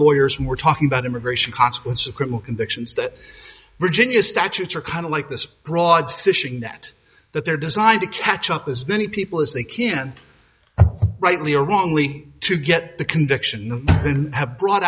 lawyers more talking about immigration consequence of criminal convictions that virginia statutes are kind of like this broad fishing net that they're designed to catch up as many people as they can rightly or wrongly to get the conviction have brought